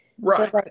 right